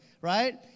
right